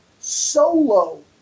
solo